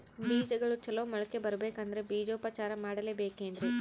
ಬೇಜಗಳು ಚಲೋ ಮೊಳಕೆ ಬರಬೇಕಂದ್ರೆ ಬೇಜೋಪಚಾರ ಮಾಡಲೆಬೇಕೆನ್ರಿ?